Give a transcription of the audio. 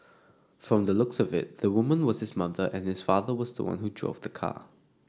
from the looks of it the woman was his mother and his father was the one who drove the car